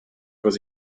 was